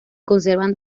conservan